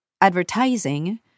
advertising